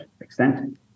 extent